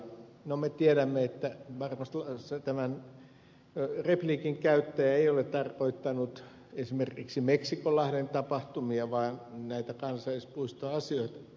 no me tiedämme että varmasti tämän repliikin käyttäjä ei ole tarkoittanut esimerkiksi meksikonlahden tapahtumia vaan näitä kansallispuistoasioita